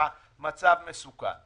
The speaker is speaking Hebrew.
והמצב מסוכן.